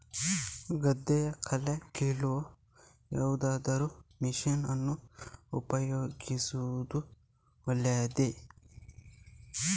ಗದ್ದೆಯ ಕಳೆ ಕೀಳಲು ಯಾವುದಾದರೂ ಮಷೀನ್ ಅನ್ನು ಉಪಯೋಗಿಸುವುದು ಒಳ್ಳೆಯದೇ?